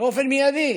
באופן מיידי